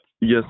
Yes